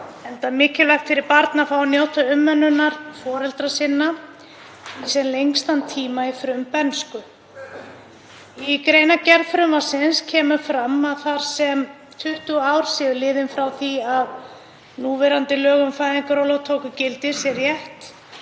enda mikilvægt fyrir barn að fá að njóta umönnunar foreldra sinna sem lengstan tíma í frumbernsku. Í greinargerð frumvarpsins kemur fram að þar sem 20 ár séu liðin frá því að núverandi lög um fæðingarorlof tóku gildi sé rétt